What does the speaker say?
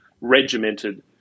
regimented